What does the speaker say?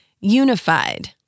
unified